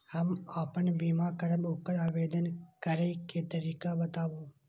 हम आपन बीमा करब ओकर आवेदन करै के तरीका बताबु?